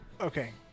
Okay